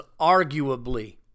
arguably